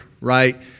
right